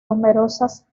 numerosas